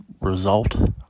result